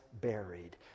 buried